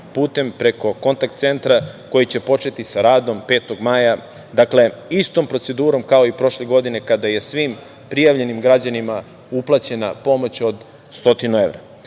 preko kontakt-centra koji će početi sa radom 5. maja. Dakle, istom procedurom kao i prošle godine kada je svim prijavljenim građanima uplaćena pomoć od 100 evra.